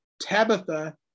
Tabitha